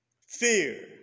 Fear